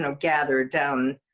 so gather down